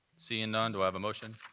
seeing none, do i have a motion?